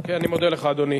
כן, אני מודה לך, אדוני.